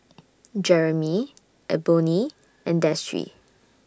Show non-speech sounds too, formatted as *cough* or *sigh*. *noise* Jeramy Eboni and Destry